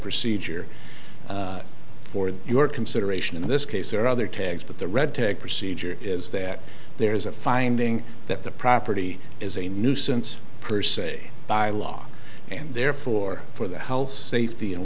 procedure for your consideration in this case or other tags but the red tag procedure is that there is a finding that the property is a nuisance per se by law and therefore for the health safety